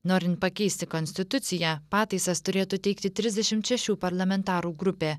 norint pakeisti konstituciją pataisas turėtų teikti trisdešimt šešių parlamentarų grupė